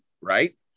right